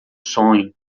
sonho